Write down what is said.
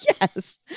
Yes